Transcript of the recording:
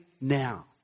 now